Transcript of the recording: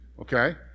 okay